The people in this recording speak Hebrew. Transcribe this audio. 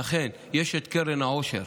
ואכן, יש את קרן העושר,